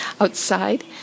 outside